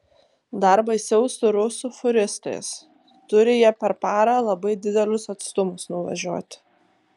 dar baisiau su rusų fūristais turi jie per parą labai didelius atstumus nuvažiuoti